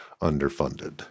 underfunded